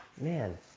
man